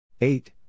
eight